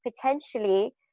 potentially